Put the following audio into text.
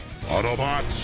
Autobots